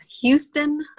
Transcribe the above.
Houston